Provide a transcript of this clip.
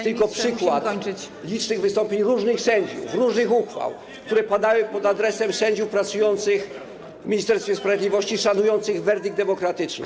To jest przykład licznych wystąpień różnych sędziów, różnych uchwał, uwag, które padały pod adresem sędziów pracujących w Ministerstwie Sprawiedliwości, szanujących werdykt demokratyczny.